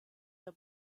der